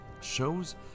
shows